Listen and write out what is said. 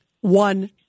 One